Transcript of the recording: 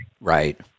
Right